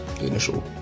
initial